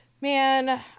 man